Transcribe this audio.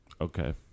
Okay